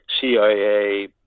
CIA